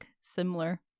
similar